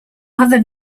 other